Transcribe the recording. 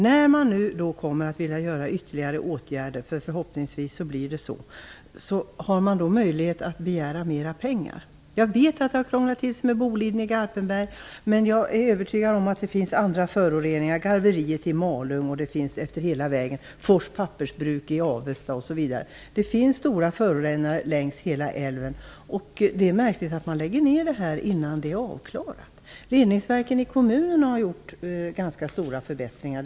När man nu kommer att vilja vidta ytterligare åtgärder - förhoppningsvis blir det så - har man möjlighet att begära mera pengar. Jag vet att det har krånglat till sig med Boliden i Garpenberg. Men jag är övertygad om att det finns andra föroreningar, t.ex. från garveriet i Malung och andra företag hela vägen längs älven. Ett annat exempel är Fors Pappersbruk i Avesta. Det finns alltså stora förorenare längs hela Dalälven. Därför är det märkligt att man lägger ner det här innan det hela är avklarat. Jag vet att kommunernas reningsverk har åstadkommit ganska stora förbättringar.